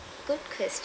good question